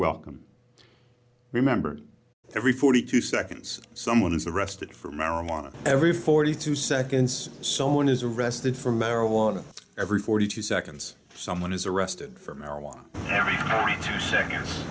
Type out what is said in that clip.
welcome remember every forty two seconds someone is arrested for marijuana every forty two seconds someone is arrested for marijuana every forty two seconds someone is arrested for marijuana